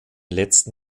letzten